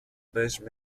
based